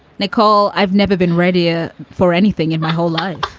nicole? i've never been ready ah for anything in my whole life.